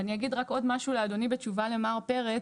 ואני אגיד רק עוד משהו לאדוני, בתשובה למר פרץ.